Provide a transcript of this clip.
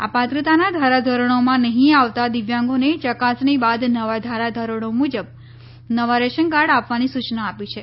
આ પાત્રતાના ધારાધોરણોમાં નહીં આવતા દિવ્યાંગોને ચકાસણી બાદ નવા ધારા ધોરણો મુજબ નવા રેશન કાર્ડ આપવાની સૂચના આપી છે